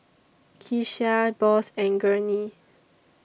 Kecia Boss and Gurney